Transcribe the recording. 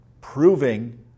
proving